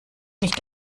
nicht